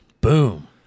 Boom